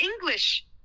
English